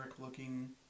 looking